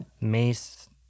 Mace